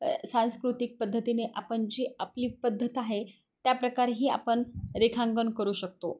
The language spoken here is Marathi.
सांस्कृतिक पद्धतीने आपण जी आपली पद्धत आहे त्या प्रकारेही आपण रेखांकन करू शकतो